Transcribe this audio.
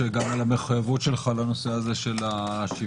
גם על המחויבות שלך לנושא הזה של השוויון.